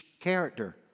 character